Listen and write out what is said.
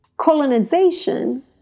colonization